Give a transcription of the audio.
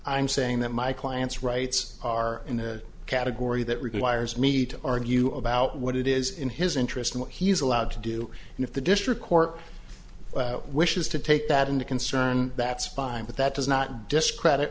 i'm saying that my client's rights are in a category that requires me to argue about what it is in his interest in what he's allowed to do and if the district court wishes to take that into concern that's fine but that does not discredit